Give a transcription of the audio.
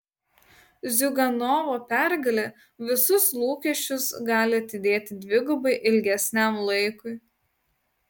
ziuganovo pergalė visus lūkesčius gali atidėti dvigubai ilgesniam laikui